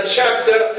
chapter